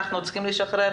ווליד.